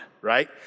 right